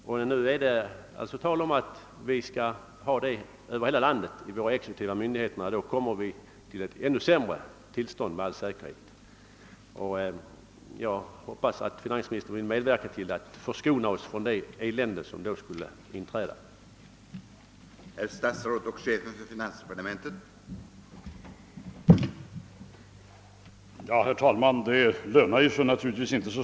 Om vi får det systemet infört vid de exekutiva myndigheterna i hela landet blir tillståndet på detta område med all säkerhet ännu sämre än det är nu. Jag hoppas att finansministern vill medverka till att förskona oss från det elände som då skulle drabba OSS.